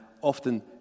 often